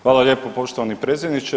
Hvala lijepo poštovani predsjedniče.